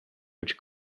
which